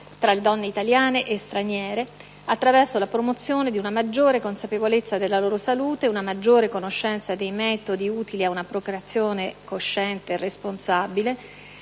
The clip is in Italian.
tra le donne, italiane e straniere, attraverso la promozione di una maggiore consapevolezza della loro salute, una maggiore conoscenza dei metodi utili ad una procreazione cosciente e responsabile,